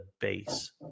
base